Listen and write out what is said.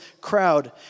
crowd